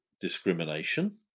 discrimination